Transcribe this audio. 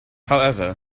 however